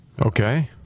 Okay